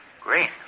Green